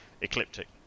Ecliptic